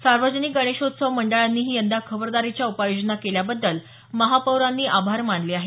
सार्वजनिक गणेशोत्सव मंडळांनीही यंदा खबरदारीच्या उपाययोजना केल्याबद्दल महापौरांनी आभार मानले आहेत